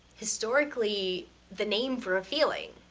historically the name for a feeling.